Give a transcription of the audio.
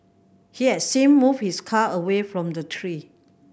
he has same moved his car away from the tree